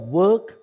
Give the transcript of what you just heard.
work